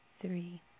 three